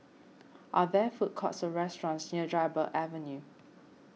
are there food courts or restaurants near Dryburgh Avenue